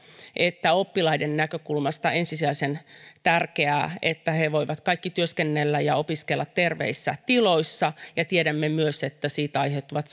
että oppilaiden näkökulmasta on ensisijaisen tärkeää että he voivat kaikki työskennellä ja opiskella terveissä tiloissa ja tiedämme myös että aiheutuvat